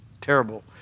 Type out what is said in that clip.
terrible